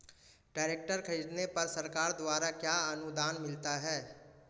Tractor खरीदने पर सरकार द्वारा क्या अनुदान मिलता है?